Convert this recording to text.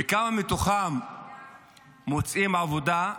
וכמה מתוכם מוצאים עבודה?